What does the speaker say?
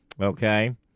Okay